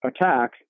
attack